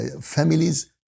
families